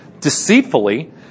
deceitfully